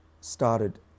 started